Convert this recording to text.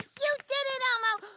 you did it elmo.